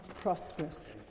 prosperous